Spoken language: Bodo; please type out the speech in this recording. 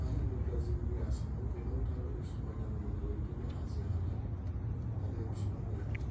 मानो होनोब्ला जोंनि आसामाव गोबांथार समायना रमायना बेबायदिनो हाजो हाला आरो बिफां लाइफां